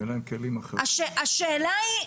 השאלה היא,